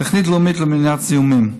תוכנית לאומית למניעת זיהומים: